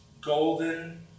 golden